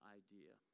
idea